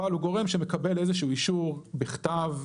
אבל הוא גורם שמקבל איזשהו אישור בכתב,